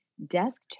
Desk